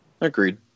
Agreed